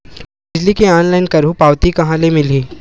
बिजली के ऑनलाइन करहु पावती कहां ले मिलही?